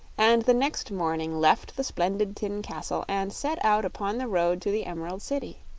and the next morning left the splendid tin castle and set out upon the road to the emerald city.